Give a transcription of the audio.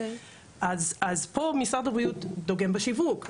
פה משרד הבריאות דוגם בשיווק,